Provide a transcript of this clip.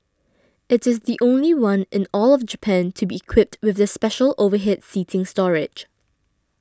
it is the only one in all of Japan to be equipped with the special overhead seating storage